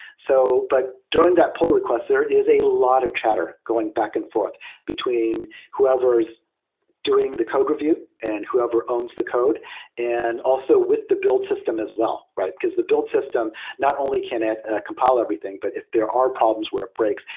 so but during that pull request, there is a lot of chatter going back and forth between whoever's doing the code review and whoever owns the code and also with the build system as well, because the build system, not only can it compile everything, but if there are problems where it breaks,